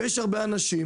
ויש הרבה אנשים,